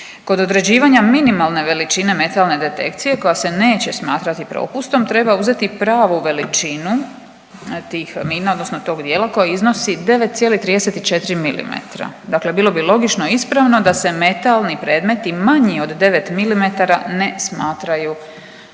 Kod određivanja minimalne veličine metalne detekcije koja se neće smatrati propustom treba uzeti pravu veličinu tih mina odnosno tog dijela koji iznosi 9,34 milimetra. Dakle bilo bi logično i ispravno da se metalni predmeti manji od 9 mm ne smatraju propustom,